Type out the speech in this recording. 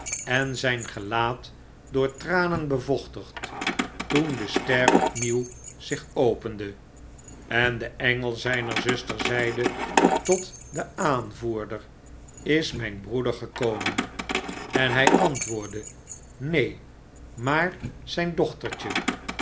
en zyn gelaat door tranen bevochtigd toen de ster opnieuw zich opende en de engel zyner zuster zeide tot den aanvoerder ls myn broeder gekomen en hy antwoordde b neen maar zyn dochtertje